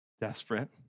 Desperate